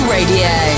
Radio